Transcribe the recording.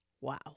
Wow